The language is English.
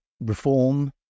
reform